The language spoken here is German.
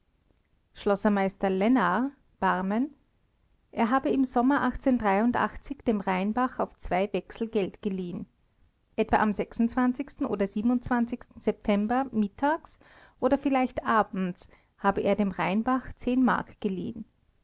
schlossermstr lennarr barmen er habe im sommer dem rheinbach auf zwei wechsel geld geliehen etwa am oder september mittags oder vielleicht abends habe er dem rheinbach mark geliehen